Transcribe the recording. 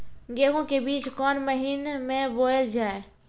गेहूँ के बीच कोन महीन मे बोएल जाए?